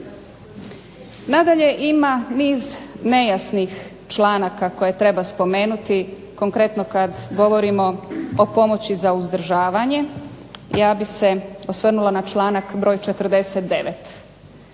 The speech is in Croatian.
Nadalje, ima niz nejasnih članaka koje treba spomenuti. Konkretno kada govorimo o pomoći za uzdržavanje, ja bih se osvrnula na članak broj 49.